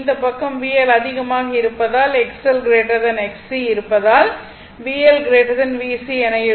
இந்த பக்கம் VL அதிகமாக இருப்பதால் XL Xc இருப்பதால் VL VC என இருக்கும்